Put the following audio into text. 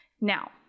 Now